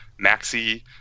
Maxi